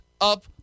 up